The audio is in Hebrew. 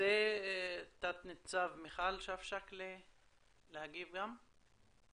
ירצה תת ניצב מיכאל שפשק להגיב גם?